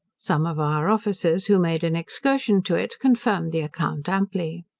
some of our officers who made an excursion to it confirmed the account amply.